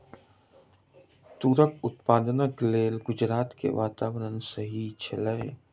तूरक उत्पादनक लेल गुजरात के वातावरण सही अछि